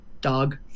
dog